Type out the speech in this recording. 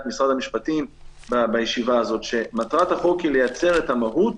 משרד המשפטים בישיבה הזאת שמטרת החוק היא לייצר את המהות,